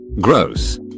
gross